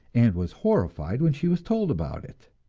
and was horrified when she was told about it.